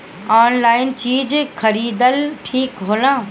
Online चीज खरीदल ठिक होला?